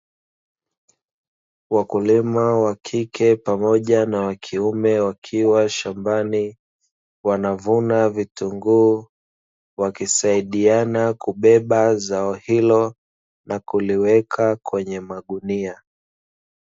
Wakulima wa kike pamoja na wa kiume wakiwa shambani wanavuna vitunguu, wakisaidiana kubeba zao hilo na kuliweka kwenye magunia.